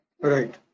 Right